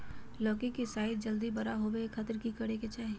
लौकी के साइज जल्दी बड़ा होबे खातिर की करे के चाही?